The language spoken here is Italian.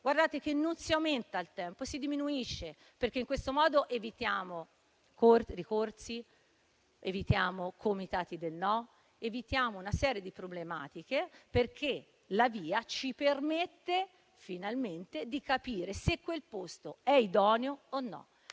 guardate che non si aumenta il tempo, ma lo si diminuisce, perché in questo modo evitiamo ricorsi, comitati del no e una serie di problematiche, perché la VIA permette finalmente di capire se quel posto è idoneo o no.